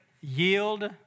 Yield